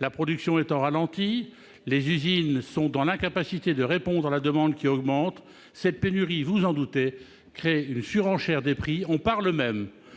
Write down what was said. La production étant ralentie, les usines sont dans l'incapacité de répondre à la demande, qui augmente mécaniquement. Cette pénurie, vous vous en doutez, crée une surenchère des prix. On parle même